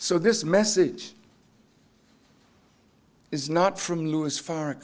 so this message is not from louis far